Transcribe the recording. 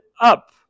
up